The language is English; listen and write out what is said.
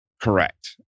correct